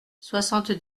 soixante